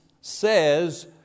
says